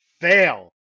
Fail